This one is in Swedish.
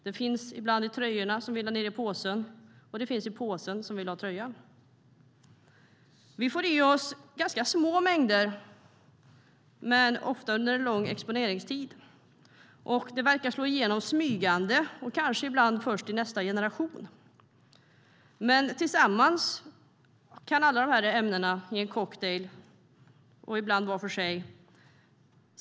Det finns ibland i tröjan som vi lägger ned i påsen. Och det finns i påsen som vi lägger ned tröjan i. Vi får i oss ganska små mängder. Men det är ofta en lång exponeringstid. Det verkar slå igenom smygande, kanske ibland först i nästa generation. Tillsammans kan alla de här ämnena bli en cocktail. Ibland verkar de var för sig.